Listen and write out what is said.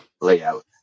layout